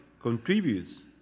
contributes